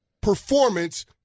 performance